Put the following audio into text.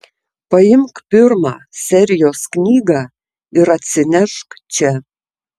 paimk pirmą serijos knygą ir atsinešk čia